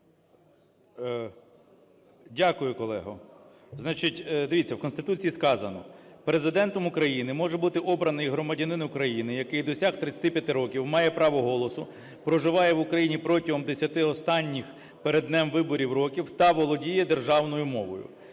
Дякую, колего. Значить дивіться, в Конституції сказано: "Президентом України може бути обраний громадяни України, який досяг 35 років, має право голосу, проживає в Україні протягом 10 останніх перед днем виборів років та володіє державною мовою".